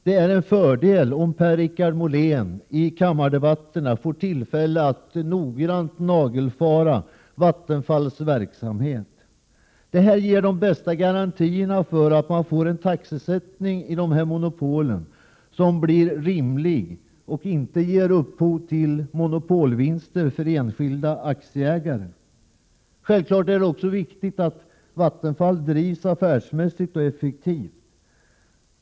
Det är en fördel om Per-Richard Molén i kammardebatterna får tillfälle att nagelfara Vattenfalls verksamhet. Den här ordningen ger de bästa garantierna för att man får en rimlig taxesättning inom monopolen och för att det inte uppstår monopolvinster för enskilda aktieägare. Självfallet är det också viktigt att Vattenfall drivs affärsmässigt och effektivt.